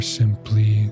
simply